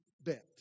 bet